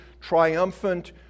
triumphant